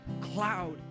cloud